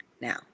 Now